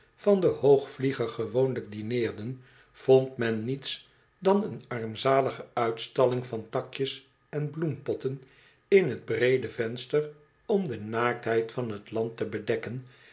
van den hoogvlieger gewoonlijk dineerden vond men niets dan een armzalige uitstalling van takjes en bloempotten in t breede venster om de naaktheid van t land te bedekken